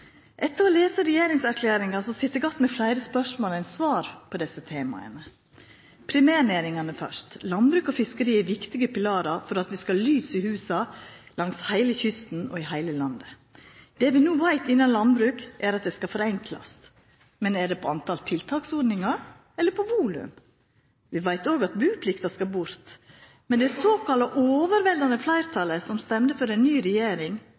Etter å ha lese regjeringserklæringa sit eg att med fleire spørsmål enn svar på desse temaa. Primærnæringane først: Landbruk og fiskeri er viktige pilarar for at vi skal ha lys i husa langs heile kysten og i heile landet. Det vi no veit når det gjeld landbruk, er at det skal forenklast. Men gjeld det talet på tiltaksordningar eller volum? Vi veit òg at buplikta skal bort. Men var det verkeleg «landlordar» dei ville ha, det såkalla overveldande fleirtalet som stemde for ei ny regjering?